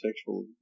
sexual